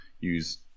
use